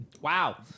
wow